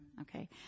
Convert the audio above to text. okay